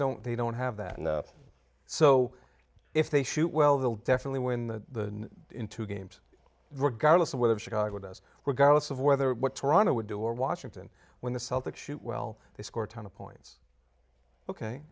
don't they don't have that and so if they shoot well they'll definitely win the in two games regardless of whether chicago does regardless of whether what toronto would do or washington when the celtics shoot well they score a ton of points ok